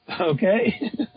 Okay